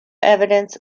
evidence